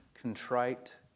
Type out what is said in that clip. contrite